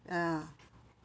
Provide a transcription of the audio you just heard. ah